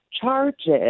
charges